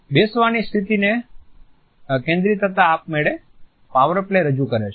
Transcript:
બેસવાની સ્થિતિની કેન્દ્રિતતા આપમેળે પાવર પ્લે રજૂ કરે છે